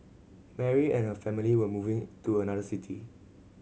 Mary and her family were moving to another city